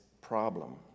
problem